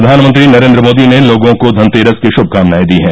प्रधानमंत्री नरेन्द्र मोदी ने लोगों को धनतेरस की श्भकामनाएं दी हैं